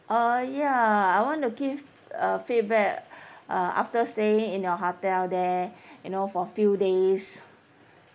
uh ya I want to give a feedback uh after staying in your hotel there you know for a few days